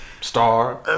star